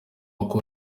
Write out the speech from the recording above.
ngo